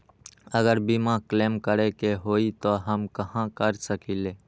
अगर बीमा क्लेम करे के होई त हम कहा कर सकेली?